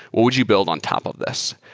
would you build on top of this?